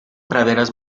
praderas